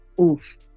Oof